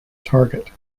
target